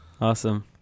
Awesome